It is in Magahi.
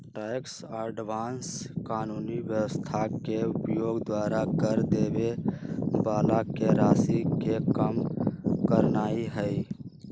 टैक्स अवॉइडेंस कानूनी व्यवस्था के उपयोग द्वारा कर देबे बला के राशि के कम करनाइ हइ